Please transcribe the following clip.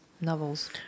novels